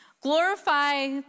Glorify